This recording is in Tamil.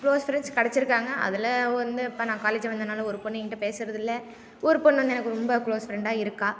க்ளோஸ் ஃப்ரெண்ஸ் கிடச்சிருக்காங்க அதில் வந்து இப்போ நான் காலேஜ் வந்ததினால ஒரு பெண்ணு என்கிட்ட பேசறதில்லை ஒரு பெண்ணு வந்து எனக்கு ரொம்ப க்ளோஸ் ஃப்ரெண்டாக இருக்கா